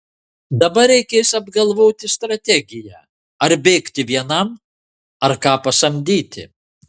dabar reikės apgalvoti strategiją ar bėgti vienam ar ką pasamdyti